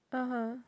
(uh huh)